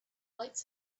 lights